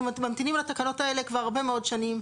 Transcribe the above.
אנחנו ממתינים לתקנות האלה כבר הרבה מאוד שנים,